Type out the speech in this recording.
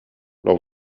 leur